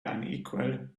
unequal